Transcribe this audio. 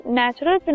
natural